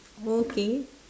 okay